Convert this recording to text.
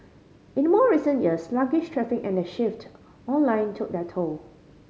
in more recent years sluggish traffic and the shift online took their toll